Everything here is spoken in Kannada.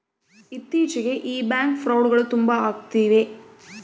ಇತ್ತೀಚಿಗೆ ಈ ಬ್ಯಾಂಕ್ ಫ್ರೌಡ್ಗಳು ತುಂಬಾ ಅಗ್ತಿದವೆ